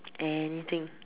anything